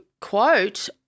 quote